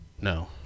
No